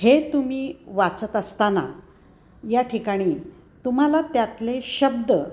हे तुम्ही वाचत असताना या ठिकाणी तुम्हाला त्यातले शब्द